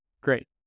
Great